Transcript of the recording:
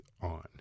on